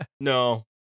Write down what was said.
No